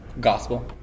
Gospel